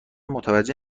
متوجه